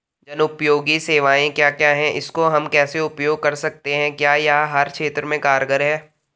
जनोपयोगी सेवाएं क्या क्या हैं इसको हम कैसे उपयोग कर सकते हैं क्या यह हर क्षेत्र में कारगर है?